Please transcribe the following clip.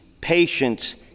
patience